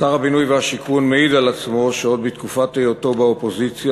שר הבינוי והשיכון מעיד על עצמו שעוד בתקופת היותו באופוזיציה,